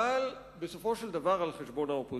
אבל בסופו של דבר על חשבון האופוזיציה,